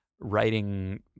writing